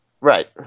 Right